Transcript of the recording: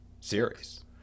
series